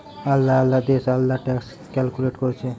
আলদা আলদা দেশ আলদা ট্যাক্স ক্যালকুলেট কোরছে